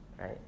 Right